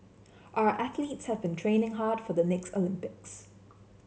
our athletes have been training hard for the next Olympics